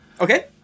Okay